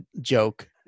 joke